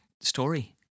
story